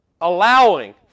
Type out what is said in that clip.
allowing